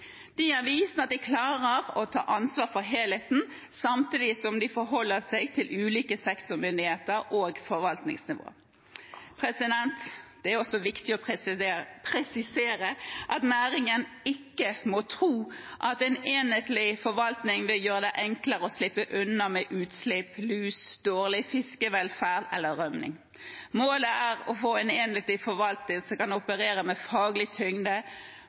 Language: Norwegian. De har vist at de klarer å ta ansvar for helheten samtidig som de forholder seg til ulike sektormyndigheter og forvaltningsnivå. Det er også viktig å presisere at næringen ikke må tro at en enhetlig forvaltning vil gjøre det enklere å slippe unna med utslipp, lus, dårlig fiskevelferd eller rømming. Målet er å få en enhetlig forvaltning som kan operere med faglig tyngde,